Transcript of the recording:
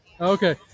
okay